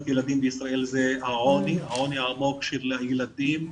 ילדים בישראל זה העוני העמוק של הילדים,